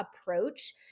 approach